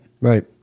Right